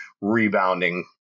rebounding